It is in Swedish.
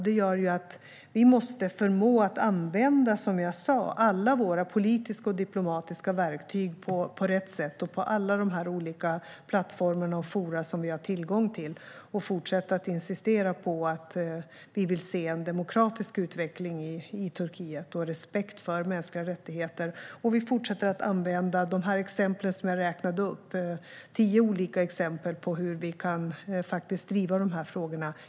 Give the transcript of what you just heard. Det innebär att vi, som jag sa, måste använda alla våra politiska och diplomatiska verktyg på rätt sätt och på alla de här olika plattformarna och i forum som vi har tillgång till. Vi måste fortsätta insistera på att vi vill se en demokratisk utveckling i Turkiet och respekt för mänskliga rättigheter. Vi fortsätter att använda de tio exempel som jag räknade upp på hur vi kan driva de här frågorna.